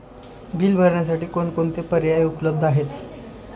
Bill भरण्यासाठी कोणकोणते पर्याय उपलब्ध आहेत?